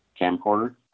camcorder